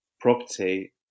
property